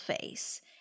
face